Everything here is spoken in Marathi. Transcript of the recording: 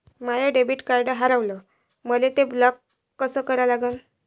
माय डेबिट कार्ड हारवलं, मले ते ब्लॉक कस करा लागन?